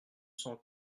cent